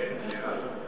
מי היא איילת השחר?